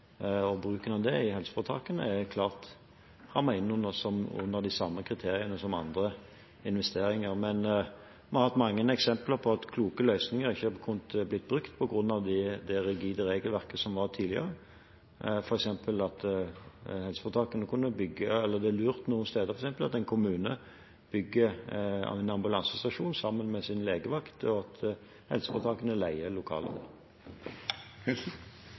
bruken av det i helseforetakene klart under de samme kriteriene som andre investeringer, men vi har hatt mange eksempler på at kloke løsninger ikke har kunnet bli brukt på grunn av det rigide regelverket som var tidligere. Det er lurt noen steder f.eks. at en kommune bygger en ambulansestasjon sammen med sin legevakt, og at helseforetakene leier